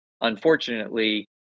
unfortunately